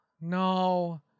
No